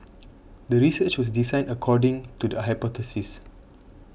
the research was designed according to the hypothesis